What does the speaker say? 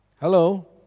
Hello